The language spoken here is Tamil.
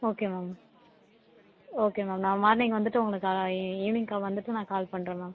ஓகே மேம் ஓகே மேம் நான் மார்னிங் வந்துட்டு உங்களுக்கு ஈவ்னிங்கு வந்துட்டு கால் பண்ணுறேன் மேம்